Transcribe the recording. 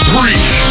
Preach